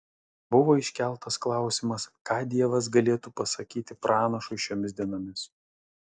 buvo iškeltas klausimas ką dievas galėtų pasakyti pranašui šiomis dienomis